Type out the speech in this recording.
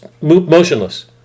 motionless